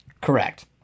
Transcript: correct